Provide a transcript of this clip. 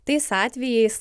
tais atvejais